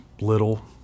little